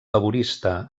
laborista